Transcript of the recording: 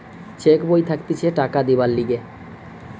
check বই থাকতিছে টাকা দিবার লিগে